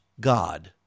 God